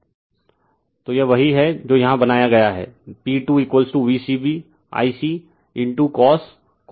refer slide time 1007 तो यही वह है जो यहाँ बनाया गया है P2V c bIccoscos cos